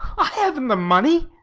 i haven't the money.